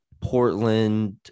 Portland